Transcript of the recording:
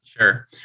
Sure